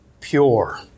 pure